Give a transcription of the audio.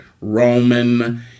Roman